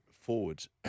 forwards